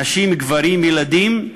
נשים, גברים, ילדים,